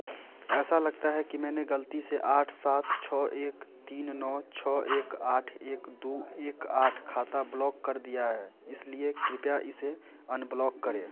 ऐसा लगता है कि मैंने गलती से आठ सात छौ एक तीन नौ छौ एक आठ एक दू एक आठ खाता ब्लॉक कर दिया है इसलिए कृपया इसे अनब्लॉक करें